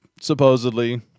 supposedly